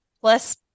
Plus